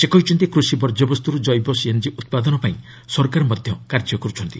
ସେ କହିଛନ୍ତି କୃଷି ବର୍ଙ୍କ୍ୟବସ୍ତୁରୁ ଜୈବ ସିଏନ୍ଜି ଉତ୍ପାଦନପାଇଁ ସରକାର ମଧ୍ୟ କାର୍ଯ୍ୟ କରୁଛନ୍ତି